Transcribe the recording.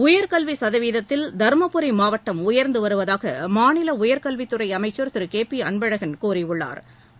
உயர்கல்வி சதவீதத்தில் தருமபுரி மாவட்டம் உயர்ந்து வருவதாக மாநில உயர்கல்வித் துறை அமைச்சா் திரு கே பி அன்பழகன் கூறியுள்ளாா்